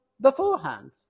beforehand